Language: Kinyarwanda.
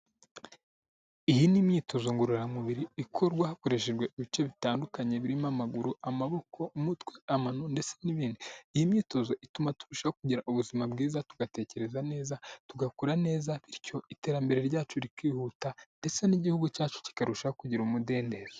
Iyi ni imyitozo ngororamubiri ikorwa hakoreshejwe ibice bitandukanye birimo amaguru, amaboko, umutwe, amano ndetse n'ibindi. Iyi myitozo ituma turushaho kugira ubuzima bwiza, tugatekereza neza, tugakora neza, bityo iterambere ryacu rikihuta ndetse n'igihugu cyacu kikarushaho kugira umudendezo.